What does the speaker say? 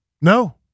no